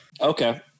Okay